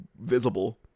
visible